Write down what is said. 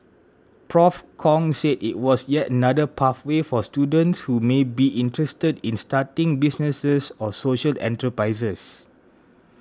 Prof Kong said it was yet another pathway for students who may be interested in starting businesses or social enterprises